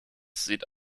sieht